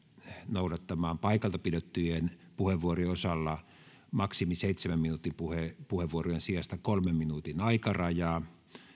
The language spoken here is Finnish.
noudattamaan paikalta pidettyjen puheenvuorojen osalla maksimissaan seitsemän minuutin puheenvuorojen sijasta kolmen minuutin aikarajaa